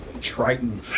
triton